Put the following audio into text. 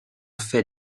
fait